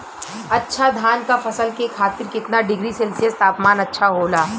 अच्छा धान क फसल के खातीर कितना डिग्री सेल्सीयस तापमान अच्छा होला?